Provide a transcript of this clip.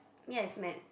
yes man